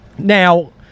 Now